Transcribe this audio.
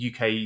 UK